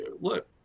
look